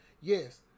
Yes